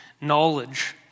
knowledge